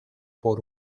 por